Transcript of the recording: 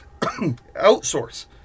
outsource